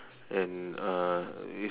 and uh if